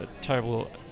terrible